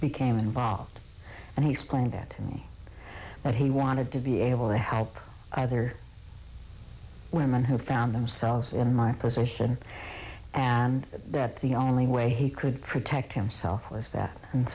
became involved and he explained that that he wanted to be able to help other women who found themselves in my position and that the only way he could protect himself was that